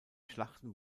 schlachten